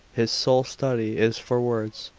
his sole study is for words,